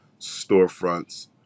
storefronts